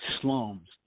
slums